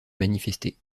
manifester